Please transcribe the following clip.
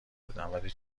بودم، ولی